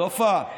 סובה?